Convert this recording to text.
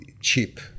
cheap